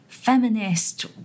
feminist